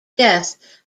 death